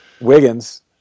Wiggins